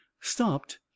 stopped